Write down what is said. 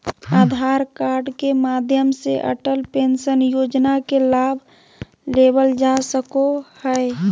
आधार card के माध्यम से अटल पेंशन योजना के लाभ लेवल जा सको हय